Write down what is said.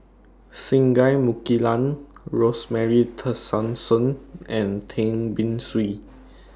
Singai Mukilan Rosemary Tessensohn and Tan Beng Swee